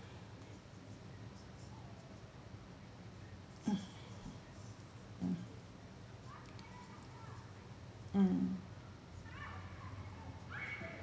mm mm mm mm